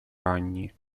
ранее